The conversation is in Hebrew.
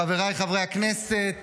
חבריי חברי הכנסת,